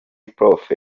prof